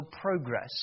progress